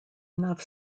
enough